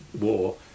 war